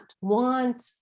want